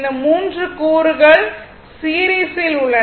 இந்த மூன்று கூறுகள் சீரிஸில் உள்ளன